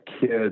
kids